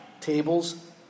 tables